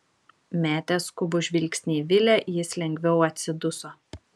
metęs skubų žvilgsnį į vilę jis lengviau atsiduso